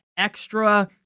extra